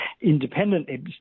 independently